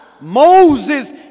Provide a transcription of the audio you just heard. Moses